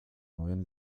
neuen